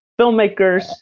filmmakers